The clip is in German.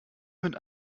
mit